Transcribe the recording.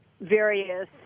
various